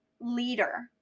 leader